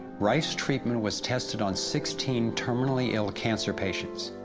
rife's treatment was tested on sixteen terminally ill cancer patients.